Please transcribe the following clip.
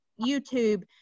YouTube